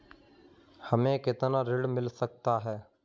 हमें कितना ऋण मिल सकता है?